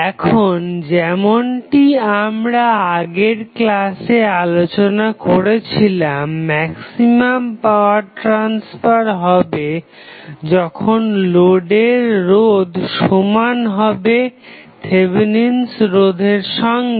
এখন যেমনটি আমরা আগের ক্লাসে আলোচনা করেছিলাম ম্যাক্সিমাম পাওয়ার ট্রাসফার হবে যখন লোডের রোধ সমান হবে থেভেনিন রোধের সঙ্গে